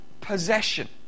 possession